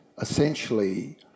essentially